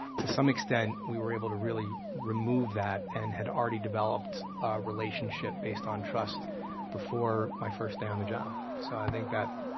to some extent we were able to really remove that and had already developed a relationship based on trust before my first day on the job, so i think that,